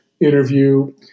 interview